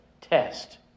test